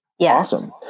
Awesome